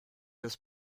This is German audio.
des